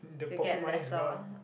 the pocket money is gone